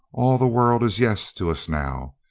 all the world is yes to us now.